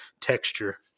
texture